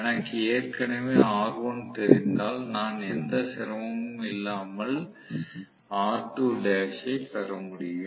எனக்கு ஏற்கனவே R1 தெரிந்தால் நான் எந்த சிரமமும் இல்லாமல் R2l ஐப் பெற முடியும்